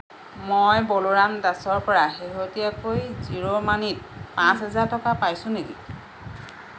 মই বলোৰাম দাসৰ পৰা শেহতীয়াকৈ জিঅ' মানিত পাঁচ হাজাৰ টকা পাইছোঁ নেকি